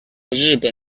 日本